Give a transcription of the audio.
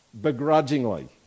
begrudgingly